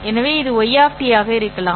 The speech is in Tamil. எனவே இது y ஆக இருக்கலாம்